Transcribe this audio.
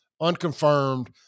unconfirmed